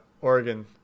Oregon